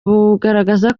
bugaragaza